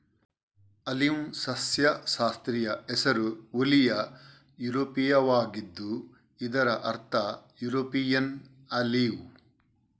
ಆಲಿವ್ನ ಸಸ್ಯಶಾಸ್ತ್ರೀಯ ಹೆಸರು ಓಲಿಯಾ ಯುರೋಪಿಯಾವಾಗಿದ್ದು ಇದರ ಅರ್ಥ ಯುರೋಪಿಯನ್ ಆಲಿವ್